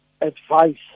advice